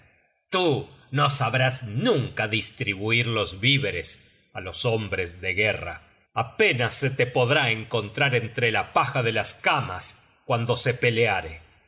tú no sabrás nunca distribuir los víveres á los hombres de guerra apenas te se podrá encontrar entre la paja de las camas cuando se peleare